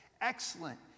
excellent